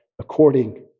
according